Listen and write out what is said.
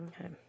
Okay